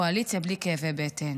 קואליציה בלי כאבי בטן.